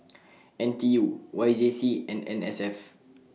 N T U Y J C and N S F